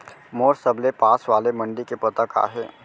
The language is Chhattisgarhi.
मोर सबले पास वाले मण्डी के पता का हे?